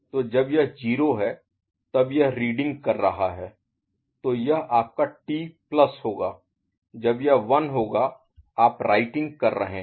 तो जब यह 0 है तब यह रीडिंग कर रहा है तो यह आपका टी प्लस T होगा जब यह 1 होगा आप राइटिंग कर रहे हैं